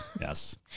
yes